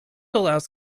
allows